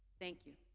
thank you.